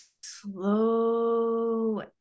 slow